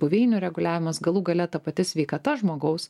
buveinių reguliavimas galų gale ta pati sveikata žmogaus